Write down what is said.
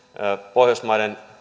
pohjoismaiden